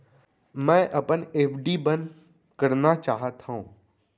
मै अपन एफ.डी बंद करना चाहात हव